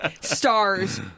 stars